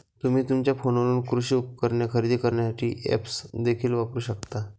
तुम्ही तुमच्या फोनवरून कृषी उपकरणे खरेदी करण्यासाठी ऐप्स देखील वापरू शकता